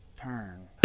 Turn